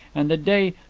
and the day,